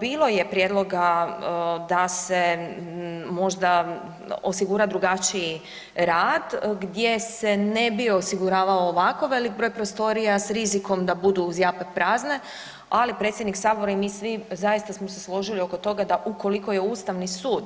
Bilo je prijedloga da se možda osigura drugačiji rad gdje se ne bi osiguravao ovako velik broj prostorija s rizikom da budu, zjape prazne, ali predsjednik sabora i mi svi zaista smo se složili oko toga da ukoliko je ustavni sud